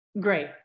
Great